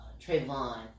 Trayvon